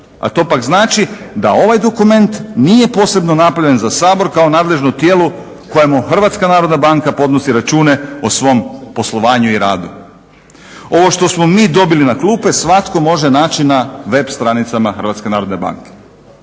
a to pak znači da ovaj dokument nije posebno napravljen za Sabor kao nadležno tijelo kojemu HNB podnosi račune o svom poslovanju i radu. Ovo što smo mi dobili na klupe svatko može naći na web stranicama HNB-a.